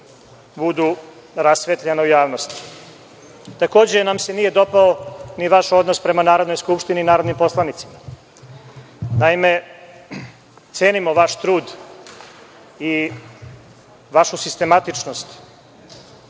budu rasvetljena u javnosti. Takođe, nije nam se dopao ni vaš odnos prema Narodnoj skupštini i narodnim poslanicima. Naime, cenimo vaš trud i vašu sistematičnost